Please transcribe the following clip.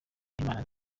n’inama